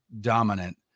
dominant